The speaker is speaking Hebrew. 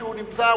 כשהוא נמצא,